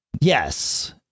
yes